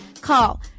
Call